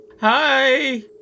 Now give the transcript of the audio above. Hi